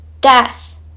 Death